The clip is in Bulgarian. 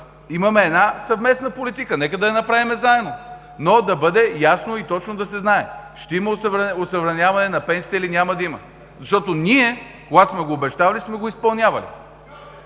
имаме една съвместна политика. Нека да я направим заедно, но ясно и точно да се знае – ще има осъвременяване на пенсиите, или няма да има. Защото ние, когато сме го обещавали, сме го изпълнявали.